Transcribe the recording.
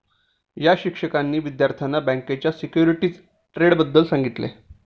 या शिक्षकांनी विद्यार्थ्यांना बँकेच्या सिक्युरिटीज ट्रेडबद्दल सांगितले